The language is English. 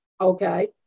Okay